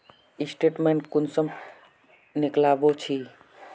Statement कुंसम निकलाबो छी?